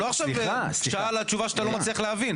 זה לא שהוא עונה לך תשובה שאתה לא מצליח להבין.